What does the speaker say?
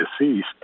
deceased